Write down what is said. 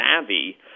savvy